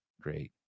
great